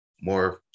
more